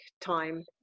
time